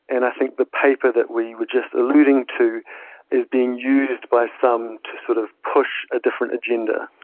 and i think the paper that we were just alluding to is being used by some to sort of push a different agenda.